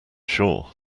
sure